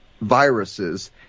viruses